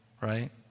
right